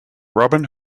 robin